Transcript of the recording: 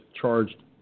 charged